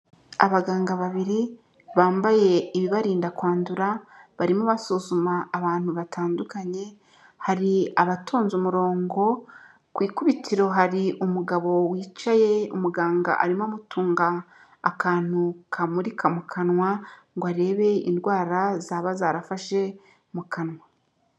Abaganga babiri bambaye ibibarinda kwandura, barimo basuzuma abantu batandukanye, hari abatonze umurongo; ku ikubitiro hari umugabo wicaye, umuganga arimo amutunga akantu kamurika mu kanwa, ngo arebe indwara zaba zarafashe mu kanwa.